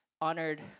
honored